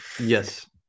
Yes